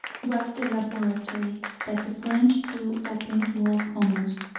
was the laboratory that the french threw open to all comers.